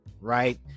right